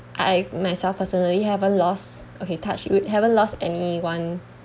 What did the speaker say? I myself personally haven't lost okay touch wood haven't lost anyone